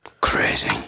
Crazy